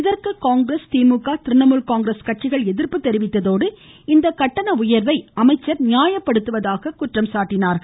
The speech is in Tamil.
இதற்கு காங்கிரஸ் திமுக திரிணாமுல் காங்கிரஸ் கட்சிகள் எதிர்ப்பு தெரிவித்ததோடு இந்த கட்டண உயர்வை அமைச்சர் நியாயப்படுத்துகிறாரா என்று வினா எழுப்பினார்கள்